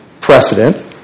precedent